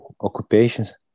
occupations